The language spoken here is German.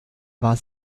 war